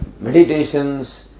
meditations